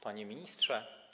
Panie Ministrze!